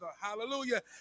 Hallelujah